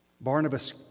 Barnabas